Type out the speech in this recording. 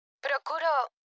Procuro